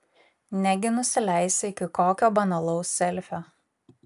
negi nusileisi iki kokio banalaus selfio